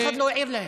אף אחד לא העיר להם.